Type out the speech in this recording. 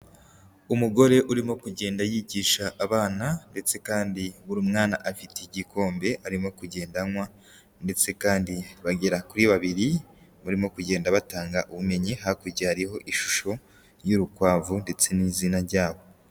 Umugore urimo kugenda yigisha abana ndetse kandi buri mwana afite igikombe, arimo kugenda anywa ndetse kandi bagera kuri babiri barimo kugenda batanga ubumenyi, hakurya hariho ishusho y'urukwavu ndetse n'izina ryabo.